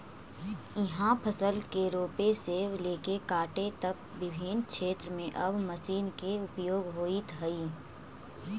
इहाँ फसल के रोपे से लेके काटे तक विभिन्न क्षेत्र में अब मशीन के उपयोग होइत हइ